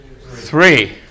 Three